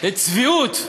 זה צביעות.